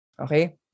okay